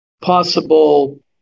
possible